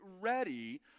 ready